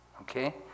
okay